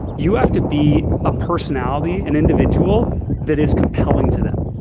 you have to be a personality, an individual that is compelling to them.